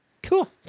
Cool